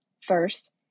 First